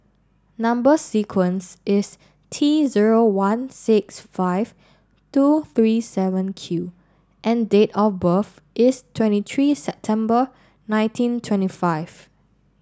number sequence is T zero one six five two three seven Q and date of birth is twenty three September nineteen twenty five